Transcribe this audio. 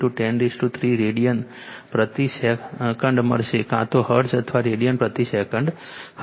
5 103 radian પ્રતિ second મળશે કાં તો હર્ટ્ઝ અથવા રેડિયન પ્રતિ સેકન્ડ હશે